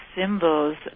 symbols